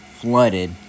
flooded